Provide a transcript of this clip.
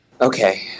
Okay